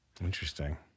Interesting